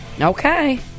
Okay